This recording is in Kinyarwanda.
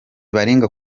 baringa